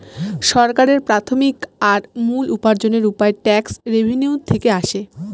সরকারের প্রাথমিক আর মূল উপার্জনের উপায় ট্যাক্স রেভেনিউ থেকে আসে